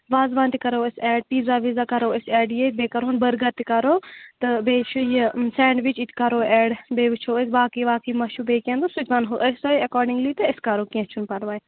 وازٕوان تہِ کَرو أسۍ اٮ۪ڈ پیٖزا ویٖزا کَرو أسۍ اٮ۪ڈ ییٚتہِ بیٚیہِ کَرہون بٔرگر تہِ کَرو تہٕ بیٚیہِ چھُ یہِ سینٛڈوِچ یہِ تہِ کَرو اٮ۪ڈ بیٚیہِ وٕچھو أسۍ باقٕے واقٕے ما چھُو بیٚیہِ کیٚنٛہہ تہٕ سُہ تہِ وَنہو أسۍ تۄہہِ اٮ۪کاڈِنٛگلی تہٕ أسۍ کَرو کیٚنٛہہ چھُنہٕ پَرواے